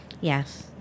Yes